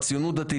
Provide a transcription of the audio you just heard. ציונות דתית,